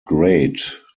grade